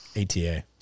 ATA